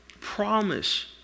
promise